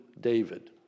David